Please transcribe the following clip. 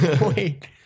Wait